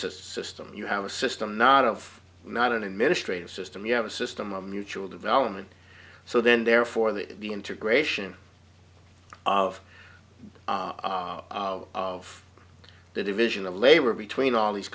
system you have a system not of not an administrative system you have a system of mutual development so then therefore that the integration of of the division of labor between all these